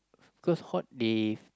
cause hot they